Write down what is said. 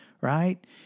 Right